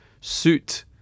suit